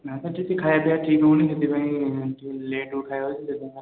ନାହିଁ ସାର୍ ଟିକେ ଖାଇବା ପିଇବା ଠିକ୍ ହେଉନି ସେଥିପାଇଁ ଟିକେ ଲେଟ୍କୁ ଖାଇବା